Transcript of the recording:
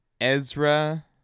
Ezra